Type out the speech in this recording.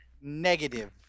Negative